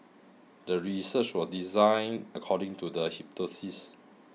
the research was designed according to the hypothesis